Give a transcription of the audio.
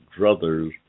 druthers